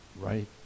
right